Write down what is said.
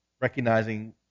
recognizing